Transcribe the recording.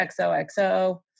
XOXO